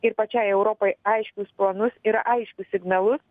ir pačiai europai aiškius planus ir aiškius signalus